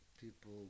people